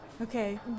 okay